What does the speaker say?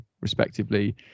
respectively